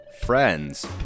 friends